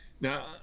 Now